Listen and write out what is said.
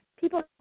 people